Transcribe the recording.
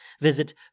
visit